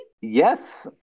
yes